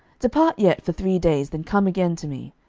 depart yet for three days, then come again to me.